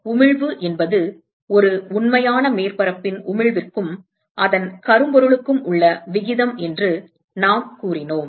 உமிழ்வு என்பது ஒரு உண்மையான மேற்பரப்பின் உமிழ்விற்கும் அதன் கரும்பொருளுக்கும் உள்ள விகிதம் என்று நாம் கூறினோம்